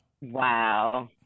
Wow